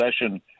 session